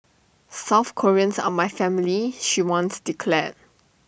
South Koreans are my family she once declared